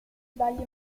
sbaglio